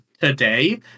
today